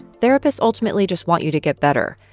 therapists ultimately just want you to get better.